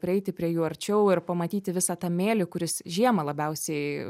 prieiti prie jų arčiau ir pamatyti visą tą mėlį kuris žiemą labiausiai